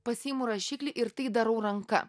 pasiimu rašiklį ir tai darau ranka